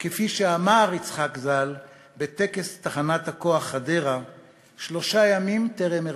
כפי שאמר יצחק ז"ל בטקס תחנת הכוח חדרה שלושה ימים טרם הירצחו: